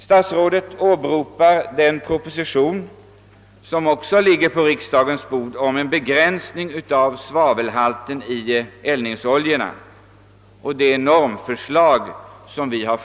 Statsrådet åberopar den Proposition, som nu ligger på riksdagens bord, med förslag om en begränsning av svavelhalten i eldningsoljorna och dessutom med normförslag på området.